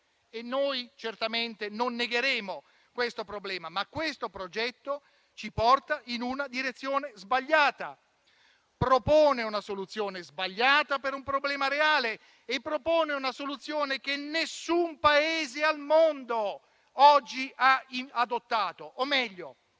noi certamente non negheremo questo problema. Tuttavia, questo progetto ci porta in una direzione sbagliata; propone una soluzione sbagliata per un problema reale e propone una soluzione che nessun Paese al mondo oggi ha adottato.